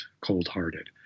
cold-hearted